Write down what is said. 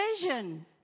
vision